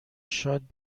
شاد